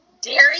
dairy